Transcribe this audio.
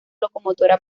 locomotora